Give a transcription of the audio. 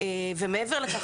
ומעבר לכך,